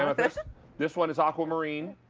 um this this one is aqua marine.